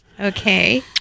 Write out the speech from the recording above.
Okay